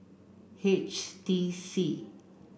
H T C